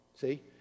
See